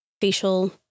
facial